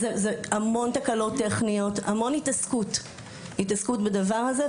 זה המון תקלות טכניות, המון התעסקות בדבר הזה.